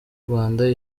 rwanda